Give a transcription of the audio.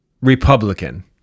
Republican